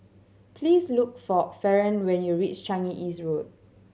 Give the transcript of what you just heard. please look for Faron when you reach Changi East Road